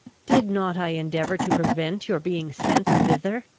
did not i endeavour to prevent your being sent thither?